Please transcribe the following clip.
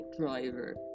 driver